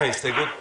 ההסתייגות נדחתה.